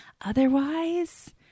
Otherwise